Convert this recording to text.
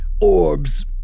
orbs